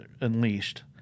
unleashed